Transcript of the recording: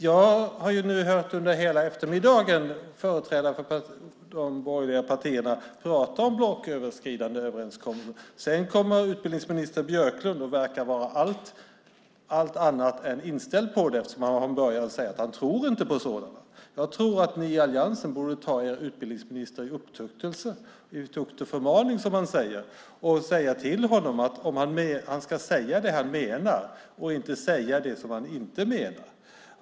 Jag har under hela eftermiddagen hört företrädare för de borgerliga partierna prata om blocköverskridande överenskommelser. Sedan kommer utbildningsminister Björklund och verkar vara allt annat än inställd på det eftersom han har sagt att han inte tror på sådant. Ni i alliansen bör ta er utbildningsminister i upptuktelse - i tukt och förmaning - och säga till honom att han ska säga det han menar och inte säga det han inte menar.